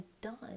done